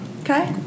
Okay